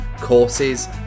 courses